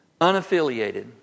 Unaffiliated